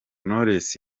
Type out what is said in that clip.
knowless